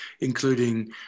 including